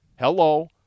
Hello